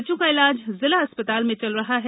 बच्चों का इलाज जिला अस्पताल में चल रहा है